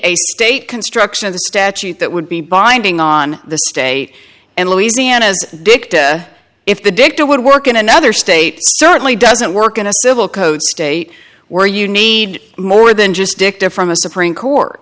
state construction of the statute that would be binding on the state and louisiana's dicked if the dicta would work in another state certainly doesn't work in a civil code state where you need more than just dick to from a supreme court